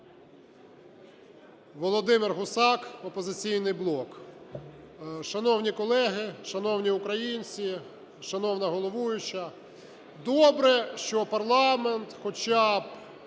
Володимир Гусак, "Опозиційний блок". Шановні колеги, шановні українці, шановна головуюча! Добре, що парламент, хоча б